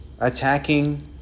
attacking